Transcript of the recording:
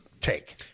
take